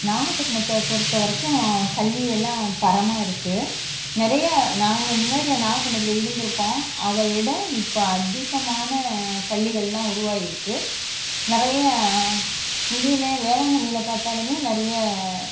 நாகபட்டினத்தை பொறுத்த வரைக்கும் கல்வியெல்லாம் தரமாக இருக்கு நிறையா நாங்கள் முன்னாடி நாகபட்டினத்தில் இருந்துருக்கோம் அதை விட இப்போ அதிகமான பள்ளிகள்லாம் உருவாயிருக்கு நிறையா இங்கேயுமே வேளாங்கண்ணியில பார்த்தாலுமே நிறைய